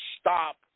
stop